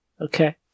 Okay